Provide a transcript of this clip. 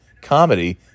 comedy